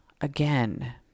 again